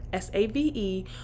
SAVE